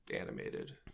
animated